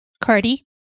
Cardi